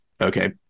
Okay